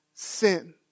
sin